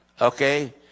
okay